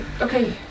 Okay